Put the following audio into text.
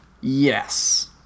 Yes